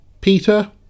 Peter